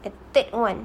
and third one